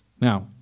Now